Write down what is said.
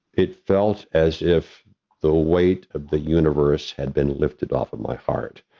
it felt as if the weight of the universe had been lifted off of my heart.